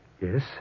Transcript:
yes